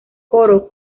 coro